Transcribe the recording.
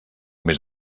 mes